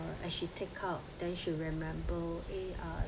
as she take out then she'll remember eh uh